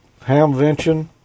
Hamvention